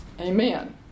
Amen